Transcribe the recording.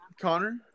Connor